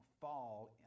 fall